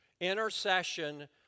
Intercession